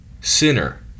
sinner